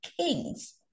kings